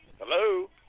hello